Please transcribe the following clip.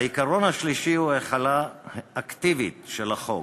העיקרון השלישי הוא החלה אקטיבית של החוק.